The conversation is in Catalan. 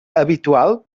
habitual